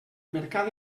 mercat